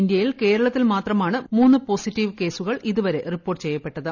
ഇന്ത്യയിൽ കേരളത്തിൽ മാത്രമാണ് മൂന്ന് പോസിറ്റീവ് കേസുകൾ ഇതുവരെ റിപ്പോർട്ട് ചെയ്യപ്പെട്ടത്